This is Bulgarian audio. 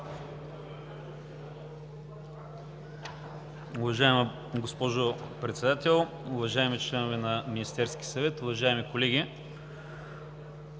Уважаема госпожо Председател, уважаеми членове на Министерския съвет, уважаеми колеги!